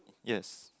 yes